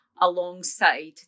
alongside